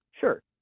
Sure